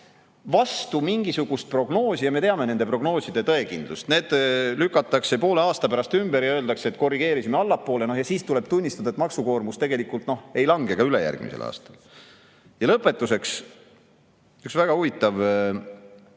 vastu mingisugust prognoosi. Ja me teame nende prognooside tõekindlust, need lükatakse poole aasta pärast ümber ja öeldakse, et korrigeerisime allapoole. Ja siis tuleb tunnistada, et maksukoormus ei lange ka ülejärgmisel aastal. Ja lõpetuseks. Üks väga huvitav